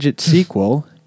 sequel